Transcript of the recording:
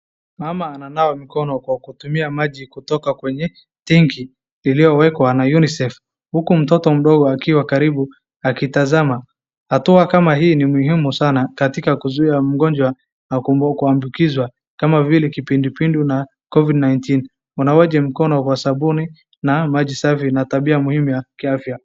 Mama ananawa mikono kwa kutumia maji kutoka kwenye tenki iliyowekwa na UNICEF huku mtoto mdogo akiwa karibu akitazama. Hatua kama hii ni muhimu sana katika kuzuia mgonjwa na kuambukizwa kama vile kipindupindu na covid-19 . Unawaji mkono kwa sabuni na maji safi na tabia muhimu ya kiafya.